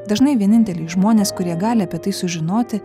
dažnai vieninteliai žmonės kurie gali apie tai sužinoti